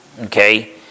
Okay